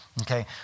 Okay